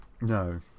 No